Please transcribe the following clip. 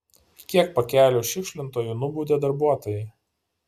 kiek pakelių šiukšlintojų nubaudė darbuotojai